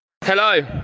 Hello